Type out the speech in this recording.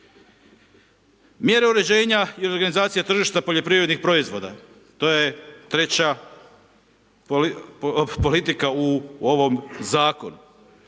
Mjere uređenja i organizacija tržište poljoprivrednih proizvoda. To je treća politika u ovom Zakonu.